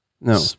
No